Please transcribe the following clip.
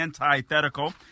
antithetical